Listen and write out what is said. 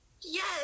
Yes